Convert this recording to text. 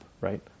right